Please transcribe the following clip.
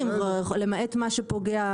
למעט מה שפוגע,